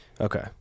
okay